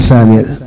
Samuel